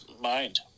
mind